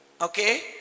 Okay